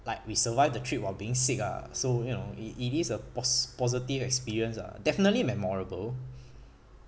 like we survived the trip while being sick ah so you know it it is a pos~ positive experience ah definitely memorable